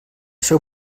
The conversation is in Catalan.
seu